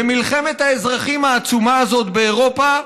במלחמת האזרחים העצומה הזאת באירופה,